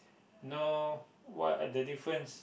know what are the difference